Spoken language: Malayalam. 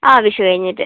ആ വിഷു കഴിഞ്ഞിട്ട്